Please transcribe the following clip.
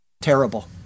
Terrible